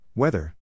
weather